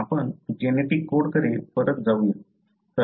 आपण genetic code कडे परत जाऊ या